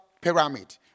pyramid